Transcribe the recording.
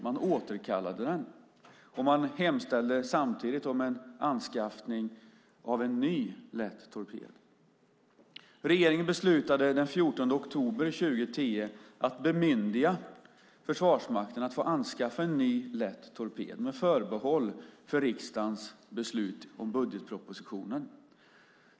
Man återkallade den, och man hemställde samtidigt om en anskaffning av en ny lätt torped. Regeringen beslutade den 14 oktober 2010 att bemyndiga Försvarsmakten att få anskaffa en ny lätt torped med förbehåll för riksdagens beslut om budgetpropositionen.